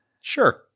sure